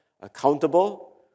accountable